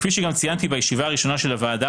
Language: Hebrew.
כפי שגם ציינתי בישיבה הראשונה של הוועדה